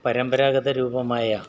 പരമ്പരാഗത രൂപമായ